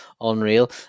unreal